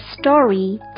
story